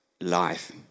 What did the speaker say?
life